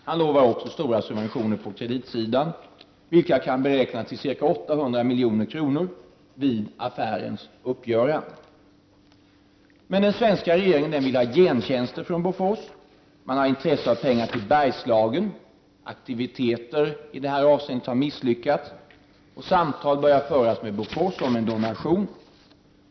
Han lovar också stora subventioner på kreditsidan, vilka kan beräknas till ca 800 milj.kr. vid affärens uppgörande. Men den svenska regeringen vill ha gentjänster av Bofors. Regeringen har intresse av pengar till Bergslagen. Aktiviteter i detta avseende har misslyckats. Samtal börjar föras med Bofors om en donation.